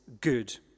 good